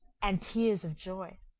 and tears of joy.